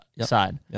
side